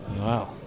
Wow